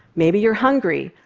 maybe you're hungry.